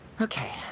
Okay